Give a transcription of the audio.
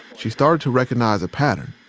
she started to recognize a pattern.